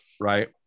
right